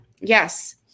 Yes